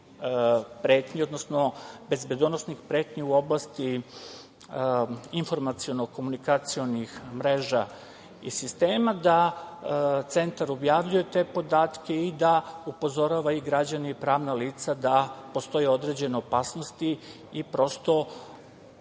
pretnji, odnosno bezbedonosnih pretnji u oblasti informaciono-komunikacionih mreža i sistema, da centar objavljuje te podatke i da upozorava i građane i pravna lica da postoje određene opasnosti i prosto,